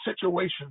situations